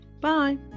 Bye